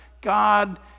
God